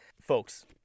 folks